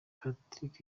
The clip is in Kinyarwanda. patrick